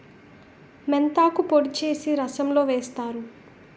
మెంతాకు పొడి చేసి రసంలో వేస్తారు